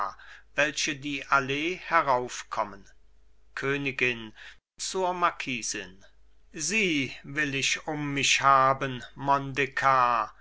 welche die allee heraufkommen königin zur marquisin sie will ich um mich haben mondekar